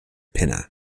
pinna